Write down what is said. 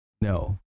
No